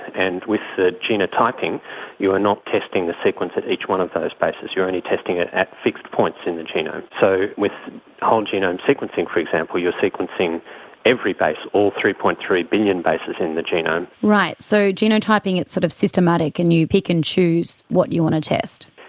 and with the genotyping you are not testing the sequence at each one of those bases, you are only testing it at fixed points in the genome. so with whole genome sequencing, for example, you're sequencing every base, all three. three billion bases in the genome. right, so genotyping, it's sort of systematic and you pick and choose what you want to test.